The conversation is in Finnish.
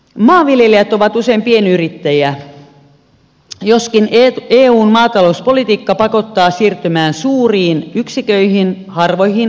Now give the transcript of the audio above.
maanviljelijät ovat usein pienyrittäjiä joskin eun maatalouspolitiikka pakottaa siirtymään suuriin yksiköihin harvoihin suurtiloihin